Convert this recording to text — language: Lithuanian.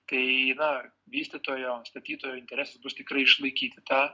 tai na vystytojo statytojo interesas bus tikrai išlaikyti tą